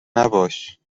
نباش